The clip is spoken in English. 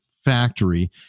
factory